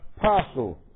parcel